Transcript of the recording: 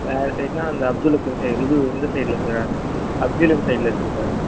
வேறு சைடுனா அந்த அப்துல கிம் சைடு இது இந்த சைடில் சார் அக்ஜுலியம் சைடில் இருக்குது சார்